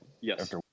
yes